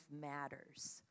matters